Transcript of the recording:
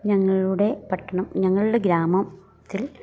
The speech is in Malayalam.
ഞങ്ങളുടെ പട്ടണം ഞങ്ങളുടെ ഗ്രാമത്തിൽ